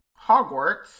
Hogwarts